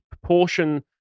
proportion